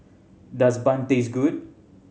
does bun taste good